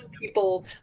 people